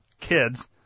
kids